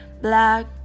black